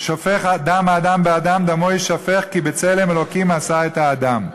שֹפך דם האדם באדם דמו יִשפך כי בצלם ה' עשה את האדם".